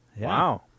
Wow